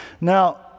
Now